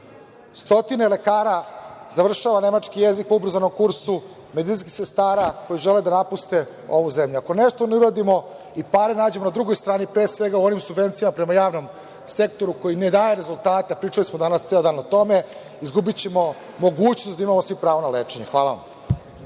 Stotine lekara završava nemački jezik po ubrzanom kursu, medicinskih sestara koje žele da napuste ovu zemlju. Ako nešto ne uradimo i pare nađemo na drugoj strani, pre svega u ovim subvencijama prema javnom sektoru koji ne daje rezultate, pričali smo danas ceo dan o tome, izgubićemo mogućnost da imamo svi pravo na lečenje. Hvala vam.